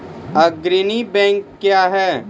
अग्रणी बैंक क्या हैं?